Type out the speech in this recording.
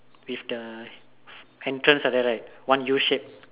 with the entrance like that right one U shape